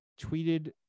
tweeted